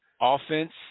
Offense